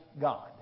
God